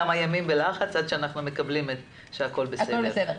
כמה ימים עד שהיא מקבלת את התשובה שהכל בסדר,